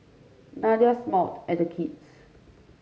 Nadia smiled at the kids